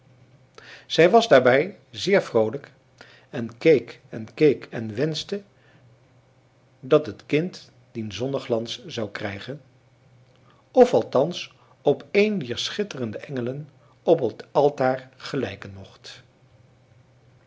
zij was daarbij zeer vroolijk en keek en keek en wenschte dat het kind dien zonneglans zou krijgen of althans op een dier schitterende engelen op het altaar gelijken mocht